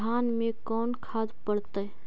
धान मे कोन खाद पड़तै?